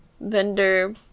vendor